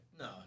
No